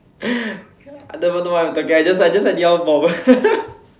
I don't even know what I'm talking I just anyhow bomb